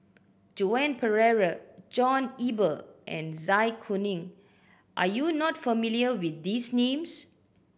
Joan Pereira John Eber and Zai Kuning are you not familiar with these names